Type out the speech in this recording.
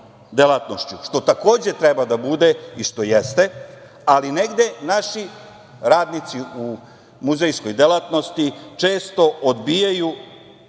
delatnošću, što takođe treba da bude i što jeste, ali negde naši radnici u muzejskoj delatnosti često odbijaju